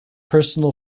personal